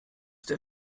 der